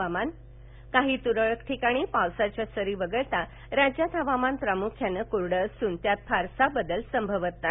हवामान काही तुरळक ठिकाणी पावसाच्या सरी वगळता राज्यात हवामान प्रामुख्यानं कोरडं असून त्यात फारसा बदल संभवत नाही